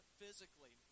physically